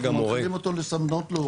אנחנו מנחילים אותו בסדנאות להורים.